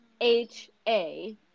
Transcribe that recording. H-A